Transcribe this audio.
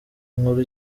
nkuru